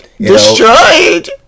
Destroyed